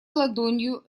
ладонью